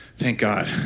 thank god.